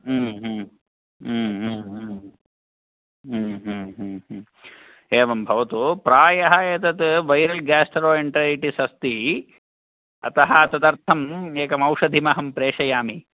एवं भवतु प्रायः एतद् वायरल् ग्यास्ट्रो इनटल्टैटिस् अस्ति अतः तदर्थम् एकम् औषधीम् अहं प्रेषयामि